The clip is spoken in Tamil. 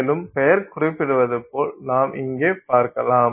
மேலும் பெயர் குறிப்பிடுவது போல் நாம் இங்கே பார்க்கலாம்